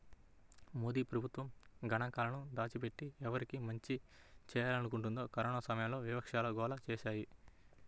మోదీ ప్రభుత్వం గణాంకాలను దాచిపెట్టి, ఎవరికి మంచి చేయాలనుకుంటోందని కరోనా సమయంలో విపక్షాలు గోల చేశాయి